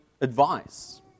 advice